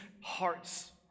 hearts